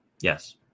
Yes